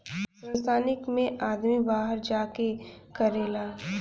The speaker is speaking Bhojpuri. संस्थानिक मे आदमी बाहर जा के करेला